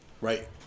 right